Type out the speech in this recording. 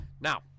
Now